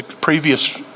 previous